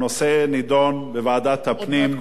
עוד מהתקופה שאכרם חסון היה ראש העיר.